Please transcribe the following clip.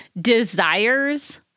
desires